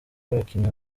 y’abakinnyi